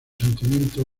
sentimientos